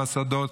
בשדות,